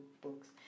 books